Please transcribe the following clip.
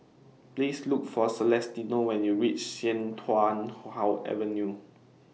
Please Look For Celestino when YOU REACH Sian Tuan Avenue